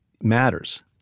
matters